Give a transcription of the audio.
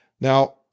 Now